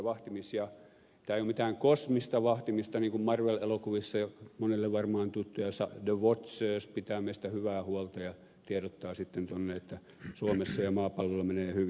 tämä ei ole mitään kosmista vahtimista niin kuin marvel eloku vissa monelle varmaan tuttuja joissa the watchers pitää meistä hyvää huolta ja tiedottaa sitten tuonne että suomessa ja maapallolla menee hyvin